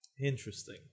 Interesting